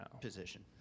position